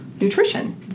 nutrition